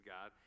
God